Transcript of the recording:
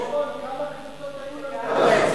כמה קבוצות היו לנו עד עכשיו?